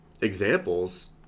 examples